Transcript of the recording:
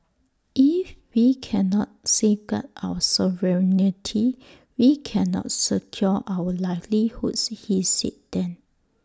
if we cannot safeguard our sovereignty we cannot secure our livelihoods he said then